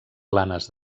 planes